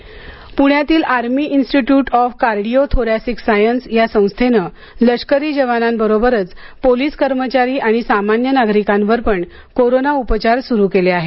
प्ण्यातील Army Institute of Cardio Thoracic Science या संस्थेने लष्करी जवानांबरोबरच पोलीस कर्मचारी आणि सामान्य नागरिकांवर पण कोरोना उपचार सुरू केले आहेत